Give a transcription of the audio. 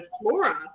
flora